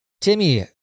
Timmy